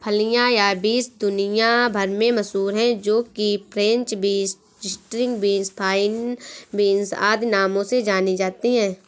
फलियां या बींस दुनिया भर में मशहूर है जो कि French beans, string beans, fine beans आदि नामों से जानी जाती है